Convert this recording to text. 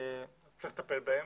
שצריך לטפל בהן,